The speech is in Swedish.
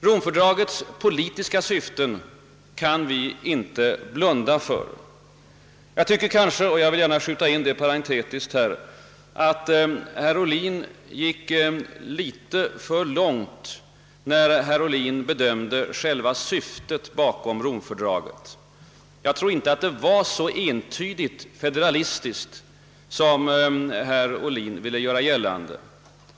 Romfördragets politiska syften kan vi inte blunda för, men jag tycker kanske — det vill jag här skjuta in — att herr Ohlin gick litet för långt när han bedömde själva syftet med Romfördraget. Det var nog inte så entydigt federalistiskt som herr Ohlin ville göra gällande.